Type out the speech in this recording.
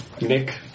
Nick